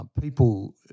people